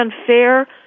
unfair